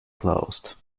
closed